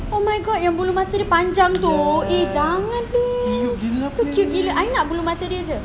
oh my god yang bulu mata dia panjang tu eh jangan please itu cute gila I nak bulu mata dia jer